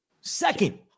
Second